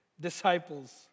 disciples